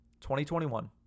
2021